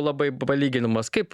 labai palyginimas kaip